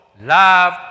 Love